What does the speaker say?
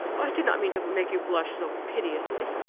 i did not mean to make you blush so piteously,